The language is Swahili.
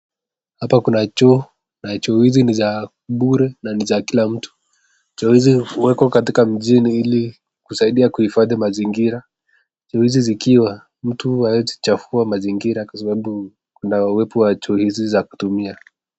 Hapa kuna choo na choo hizi ni za bure na ni za kila mtu, choo hizi uwekwa mjini ilikusaidia kuifadhi mazingira, choo hizi zikiwa mtu hawezi kuchafua mazingira kwa sababu kuna uepo wa choo hizi za kutumiwa.